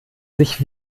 sich